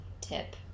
tip